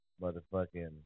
motherfucking